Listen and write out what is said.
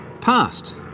Past